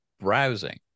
browsing